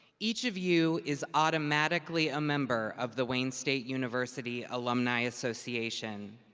each of you is automatically a member of the wayne state university alumni association.